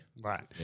Right